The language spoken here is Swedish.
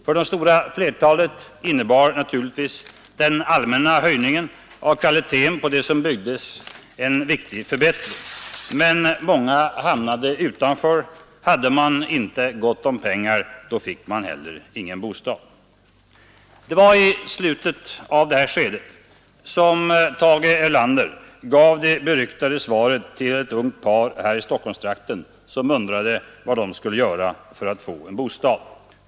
För det stora flertalet innebar naturligtvis den allmänna höjningen av kvaliteten på det som byggdes en viktig förbättring, men många hamnade utanför. Hade man inte gott om pengar, fick man heller ingen bostad. Det var i slutet av det här skedet som Tage Erlander gav det beryktade svaret till ett ungt par här i Stockholmstrakten, som undrade hur de skulle bära sig åt för att få en bostad.